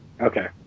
okay